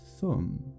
thumb